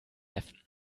neffen